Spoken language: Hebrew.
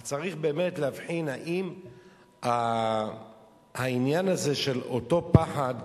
אז צריך באמת להבחין אם העניין הזה, של אותו פחד,